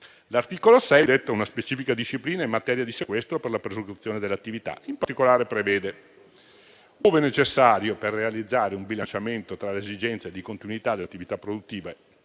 L'articolo 6 detta una specifica disciplina in materia di sequestro per la prosecuzione delle attività. In particolare prevede che, ove necessario per realizzare un bilanciamento tra le esigenze di continuità dell'attività produttiva